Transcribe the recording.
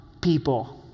people